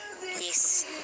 Yes